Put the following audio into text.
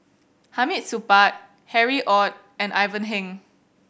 Hamid Supaat Harry Ord and Ivan Heng